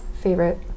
favorite